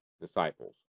disciples